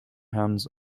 hands